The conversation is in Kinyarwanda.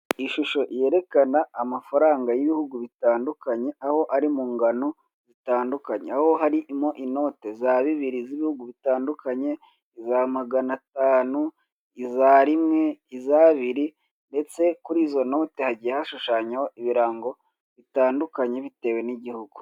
Ishusho yerekana amafaranga y'ibihugu bitandukanye aho ari mu ngano zitandukanye. Aho harimo inote za bibiri z'igihugu bitandukanye, iza magana atanu, iza rimwe, iz'abiri ndetse kuri izo noti hagiye hashushanyeho ibirango bitandukanye bitewe n'igihugu.